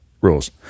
rules